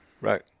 Right